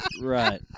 Right